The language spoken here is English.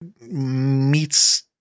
meets